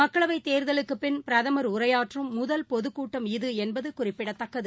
மக்களவைத் தேர்தலுக்குப் பின் பிரதமர் உரையாற்றும் முதல் பொதுக்கூட்டம் இத என்பதுகுறிப்பிடத்தக்கது